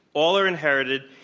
all are inherited.